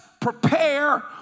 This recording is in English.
prepare